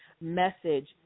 message